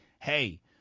hey